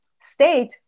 state